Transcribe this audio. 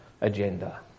agenda